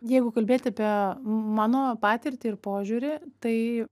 jeigu kalbėti apie mano patirtį ir požiūrį tai